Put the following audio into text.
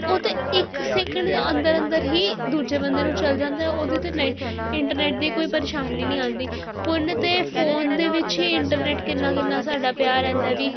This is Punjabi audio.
ਉਹ ਤਾਂ ਇੱਕ ਸੈਕਿੰਡ ਦੇ ਅੰਦਰ ਅੰਦਰ ਹੀ ਦੂਜੇ ਬੰਦੇ ਨੂੰ ਚੱਲ ਜਾਂਦਾ ਉਹਦੇ ਤਾਂ ਨੈਟ ਇੰਟਰਨੈਟ ਦੀ ਕੋਈ ਪਰੇਸ਼ਾਨੀ ਨਹੀਂ ਆਉਂਦੀ ਹੁਣ ਤਾਂ ਫੋਨ ਦੇ ਵਿੱਚ ਹੀ ਇੰਟਰਨੈਟ ਕਿੰਨਾ ਕਿੰਨਾ ਸਾਡਾ ਪਿਆ ਰਹਿੰਦਾ ਵੀ